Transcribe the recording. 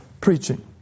preaching